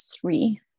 Three